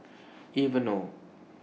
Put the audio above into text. Aveeno